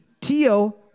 tio